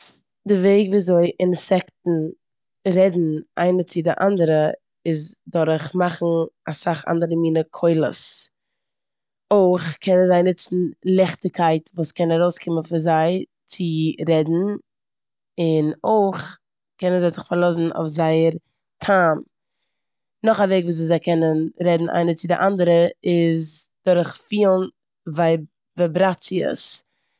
די וועג וויאזוי אינסעקטן רעדן איינער צו די אנדערע איז דורך מאכן אסאך אנדערע מינע קולות. אויך קענען זיי נוצן ליכטיגקייט וואס קען ארויסקומען פון זיי צו רעדן, און אויך קענען זיי זיך פארלאזן אויף זייער טעם. נאך א וועג וויאזוי זיי קענען רעדן איינער צו די אנדערע איז דורך פילן ווי- וויבראטציעס.